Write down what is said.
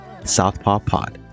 southpawpod